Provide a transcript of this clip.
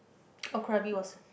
uh krabi was